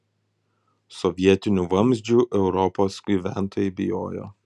sovietinių vamzdžių europos gyventojai bijojo